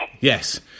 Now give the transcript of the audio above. Yes